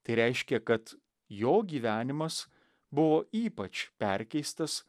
tai reiškė kad jo gyvenimas buvo ypač perkeistas